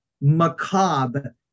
macabre